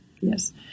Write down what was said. Yes